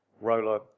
roller